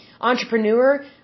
entrepreneur